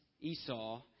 Esau